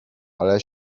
ale